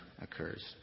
occurs